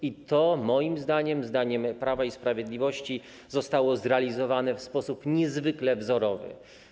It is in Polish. I to, moim zdaniem, zdaniem Prawa i Sprawiedliwości, zostało zrealizowane w sposób niezwykle wzorowy.